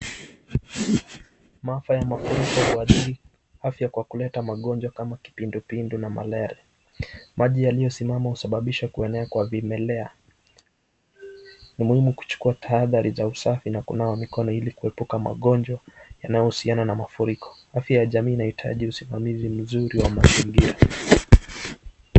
Maafa ya mafuriko huathiri afya kwa kuleta magonjwa kama kipindupindu na malaria. Maji yaliyosimama husababisha kuenea kwa vimelea. Ni muhimu kuchukua tahadhari za usafi na kunawa mikono ili kuepuka magonjwa yanayohusiana na mafuriko. Afya ya jamii inahitaji usimamizi mzuri wa mazingira.